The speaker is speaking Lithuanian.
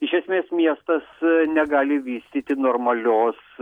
iš esmės miestas negali vystyti normalios